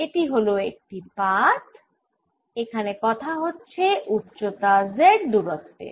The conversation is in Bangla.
এটি হল একটি পাত এখানে কথা হচ্ছে উচ্চতা z দুরত্বের